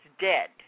dead